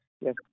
Yes